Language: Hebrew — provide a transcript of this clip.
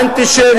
אנטישמים,